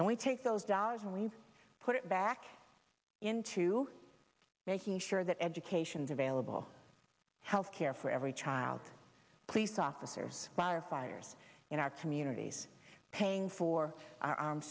and we take those dollars and we put it back into making sure that education developable health care for every child police officers firefighters in our communities paying for our armed